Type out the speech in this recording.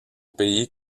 pays